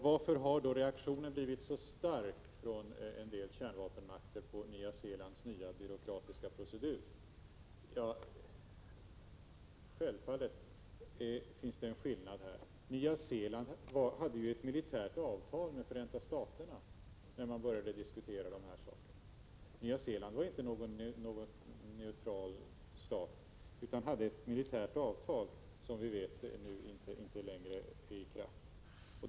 Varför har reaktionen blivit så stark från en del kärnvapenmakter på Nya Zeelands nya byråkratiska procedur? Självfallet finns det en skillnad gentemot andra länder. Nya Zeeland hade ett militärt avtal med Förenta staterna när man började diskutera den här frågan — Nya Zeeland var ingen neutral stat utan hade ett militärt avtal som vi vet inte längre är i kraft.